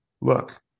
Look